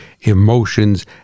emotions